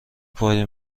پای